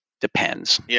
depends